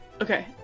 Okay